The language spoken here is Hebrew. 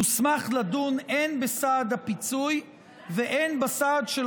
תוסמך לדון הן בסעד הפיצוי והן בסעד של